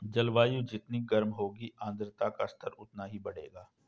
जलवायु जितनी गर्म होगी आर्द्रता का स्तर उतना ही बढ़ेगा